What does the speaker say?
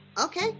Okay